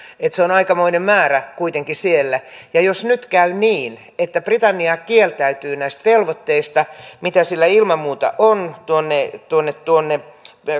että se on aikamoinen määrä kuitenkin siellä ja jos nyt käy niin että britannia kieltäytyy näistä velvoitteista mitä sillä ilman muuta on tuonne tuonne